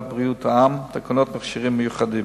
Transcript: בריאות העם (מכשירים רפואיים מיוחדים).